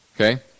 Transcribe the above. Okay